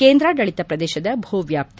ಕೇಂದ್ರಾಡಳಿತ ಪ್ರದೇಶದ ಭೂ ವ್ಯಾಪ್ತಿ